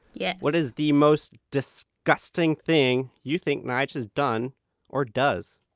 yeah what is the most disgusting thing you think nyge has done or does?